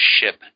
ship